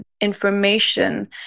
information